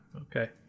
okay